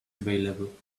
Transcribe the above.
available